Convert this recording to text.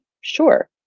Sure